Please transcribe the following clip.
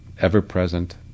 ever-present